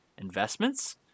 investments